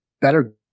better